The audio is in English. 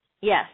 yes